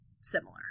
similar